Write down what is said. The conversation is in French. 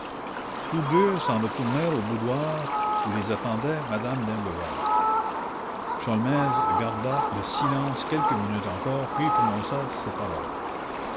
tous deux s'en retournèrent au boudoir où les attendait m me d'imblevalle sholmès garda le silence quelques minutes encore puis prononça ces paroles